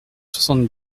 soixante